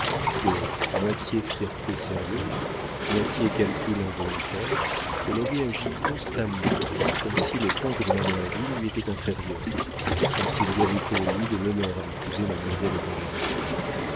que moitié fierté sérieuse moitié calcul involontaire elle avait agi constamment comme si le comte de manerville lui était inférieur comme s'il y avait pour lui de l'honneur à épouser mademoiselle évangélista